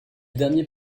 dernier